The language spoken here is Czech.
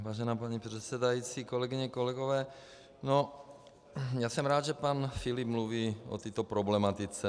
Vážená paní předsedající, kolegyně, kolegové, já jsem rád, že pan Filip mluví o této problematice.